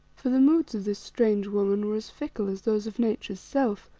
for the moods of this strange woman were as fickle as those of nature's self,